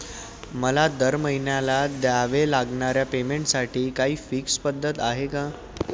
मला दरमहिन्याला द्यावे लागणाऱ्या पेमेंटसाठी काही फिक्स पद्धत आहे का?